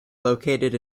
located